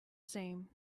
same